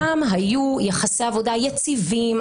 פעם היו יחסי עבודה יציבים,